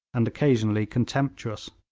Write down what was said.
and occasionally contemptuous.